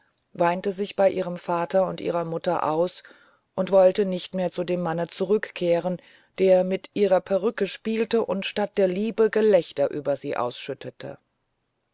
weinte sich bei ihrem vater und ihrer mutter aus und wollte nicht mehr zu dem mann zurückkehren der mit ihrer perücke spielte und statt der liebe gelächter über sie ausschüttete